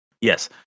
Yes